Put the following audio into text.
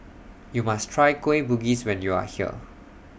YOU must Try Kueh Bugis when YOU Are here